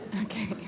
Okay